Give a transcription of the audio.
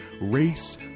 race